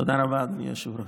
תודה רבה, אדוני היושב-ראש.